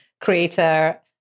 creator